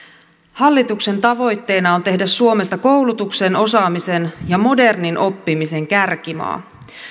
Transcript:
hallituksen tavoitteena on tehdä suomesta koulutuksen osaamisen ja modernin oppimisen kärkimaa